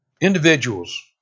individuals